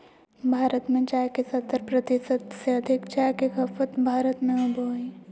भारत में चाय के सत्तर प्रतिशत से अधिक चाय के खपत भारत में होबो हइ